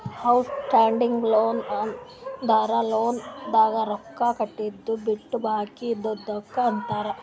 out standing loan ಅಂದುರ್ ಲೋನ್ದು ರೊಕ್ಕಾ ಕಟ್ಟಿದು ಬಿಟ್ಟು ಬಾಕಿ ಇದ್ದಿದುಕ್ ಅಂತಾರ್